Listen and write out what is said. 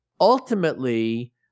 Ultimately